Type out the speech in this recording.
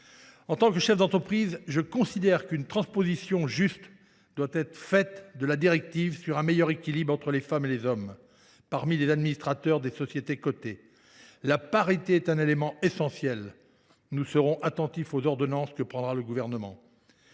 En tant que chef d’entreprise, je considère qu’il faut procéder à une juste transposition de la directive relative à un meilleur équilibre entre les femmes et les hommes parmi les administrateurs des sociétés cotées. La parité est un élément essentiel. Nous serons attentifs aux ordonnances que prendra le Gouvernement.